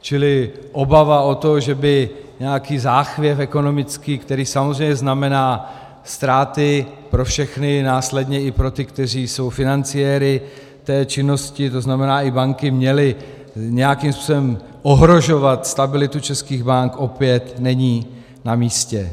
Čili obava o to, že by nějaký ekonomický záchvěv, který samozřejmě znamená ztráty pro všechny, následně i pro ty, kteří jsou financiéry té činnosti, tzn. i banky, měly nějakým způsobem ohrožovat stabilitu českých bank, opět není namístě.